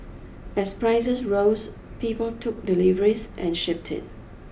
as prices rose people took deliveries and shipped it